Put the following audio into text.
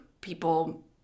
people